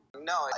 No